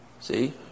See